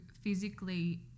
physically